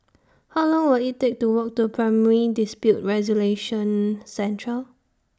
How Long Will IT Take to Walk to Primary Dispute Resolution Centre